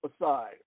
aside